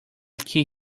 key